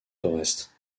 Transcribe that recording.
forest